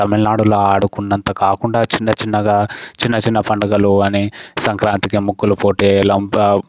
తమిళనాడులో ఆడుకున్నంత కాకుండా చిన్న చిన్నగా చిన్న చిన్న పండగలు అని సంక్రాంతికి ముగ్గులు పోటీలు అంతా